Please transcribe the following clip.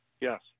Yes